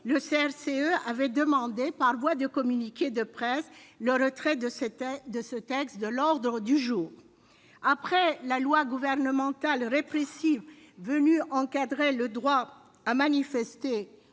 CRCE avait demandé par voie de communiqué de presse le retrait de ce texte de l'ordre du jour. Après la loi gouvernementale répressive venue encadrer le droit à manifester